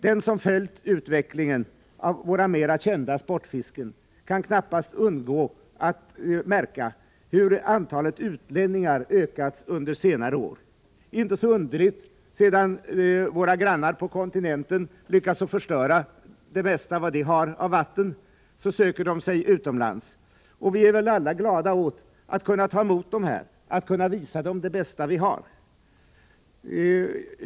Den som följt utvecklingen av våra mera kända sportfisken kan knappast ha undgått att märka hur antalet utlänningar har ökat under senare år, inte så underligt sedan våra grannar på kontinenten lyckats att förstöra det mesta av vad de har av vatten. Då söker de sig utomlands. Vi är väl alla glada över att kunna ta emot dem, att kunna visa dem det bästa som vi har.